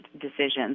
decisions